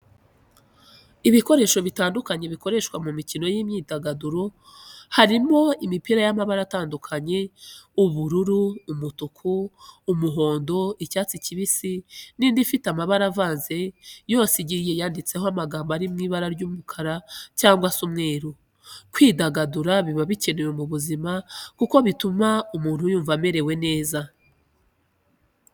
Ibikoresho bitandukanye bikoreshwa mu mikino n'imyidagaduro, harimo imipira y'amabara atandukanye ubururu, umutuku, umuhondo, icyatsi kibisi n'indi ifite amabara avanze yose igiye yanditseho amagambo ari mw'ibara ry'umukara cyangwa se umweru, kwidagadura biba bikenewe mu buzima kuko bituma umuntu yumva amerewe neza